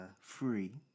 free